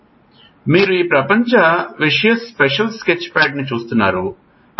ఇప్పుడు మీరు ఈ ప్రపంచ విసియస్ స్పెషల్ స్కెచ్ప్యాడ్ను చూస్తున్నారు